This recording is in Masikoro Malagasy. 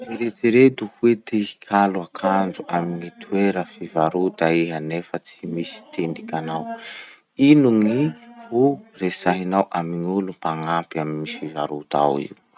Eritsereto heo te hikalo akanjo amy gny toera fivarota iha nefa tsy misy tendriky anao. Ino gny ho resahinao amy gn'olo mpagnampy amy gny fivarota ao igny?